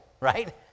right